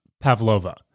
pavlova